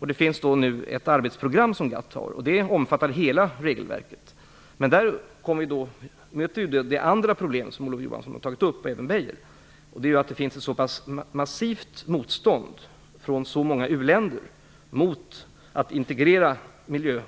GATT har nu ett arbetsprogram som omfattar hela regelverket. Där kommer det andra problemet som Olof Johansson, och även Lennart Beijer, har tagit upp, nämligen att det i så många u-länder finns ett massivt motstånd mot en integrering av